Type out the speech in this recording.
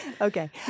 Okay